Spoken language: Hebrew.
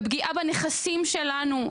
בפגיעה בנכסים שלנו,